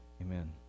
Amen